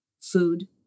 food